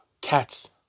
Cats